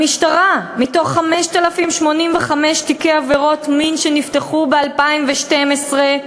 המשטרה: מתוך 5,085 תיקי עבירות מין שנפתחו ב-2012,